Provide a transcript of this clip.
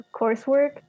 coursework